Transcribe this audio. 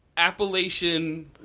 Appalachian